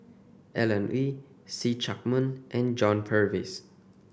Alan Oei See Chak Mun and John Purvis